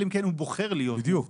אלא אם כן הוא בוחר להיות מובטל.